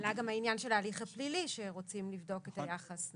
עלה גם העניין של ההליך הפלילי שרוצים לבדוק את היחס,